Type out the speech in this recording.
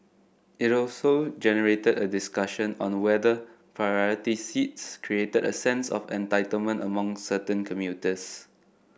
it also generated a discussion on whether priority seats created a sense of entitlement among certain commuters